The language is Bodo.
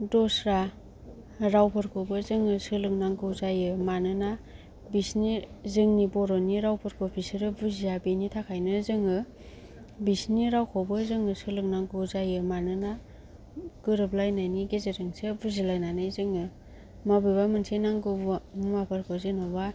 दस्रा रावफोरखौबो जोङो सोलोंनांगौ जायो मानोना बिसिनि जोंनि बर'नि रावफोरखौ बिसोरो बुजिया बिनि थाखायनो जोङो बिसिनि रावखौबो जोङो सोलोंनांगौ जायो मानोना गोरोबलायनायनि गेजेरजोंसो बुजिलायनानै जोङो माबेबा मोनसे नांगौ मुवा मुवाफोरखौ जेन'बा